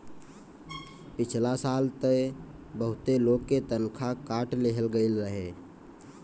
पिछला साल तअ बहुते लोग के तनखा काट लेहल गईल रहे